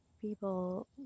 people